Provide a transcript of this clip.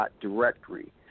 directory